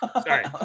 Sorry